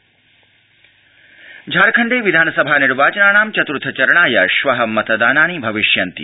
झारखण्डम निर्वाचनम् झारखण्डे विधानसभा निर्वाचनानां चत्र्थ चरणाय श्व मत ानानि भविष्यन्ति